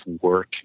work